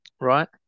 Right